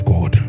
God